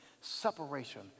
Separation